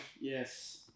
Yes